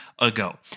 ago